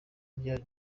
byari